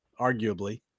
arguably